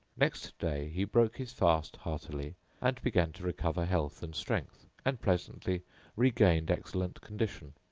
next day he broke his fast heartily and began to recover health and strength, and presently regained excellent condition.